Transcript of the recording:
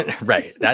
Right